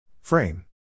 Frame